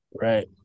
Right